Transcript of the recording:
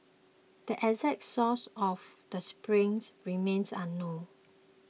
the exact source of the springs remains unknown